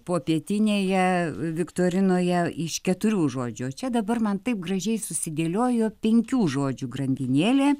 popietinėje viktorinoje iš keturių žodžių o čia dabar man taip gražiai susidėliojo penkių žodžių grandinėlė